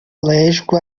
alérgico